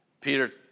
Peter